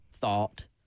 thought